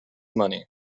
money